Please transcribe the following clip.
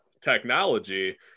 technology